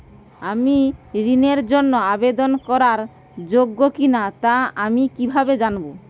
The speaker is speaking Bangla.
আমি ঋণের জন্য আবেদন করার যোগ্য কিনা তা আমি কীভাবে জানব?